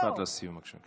משפט לסיום, בבקשה.